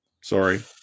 sorry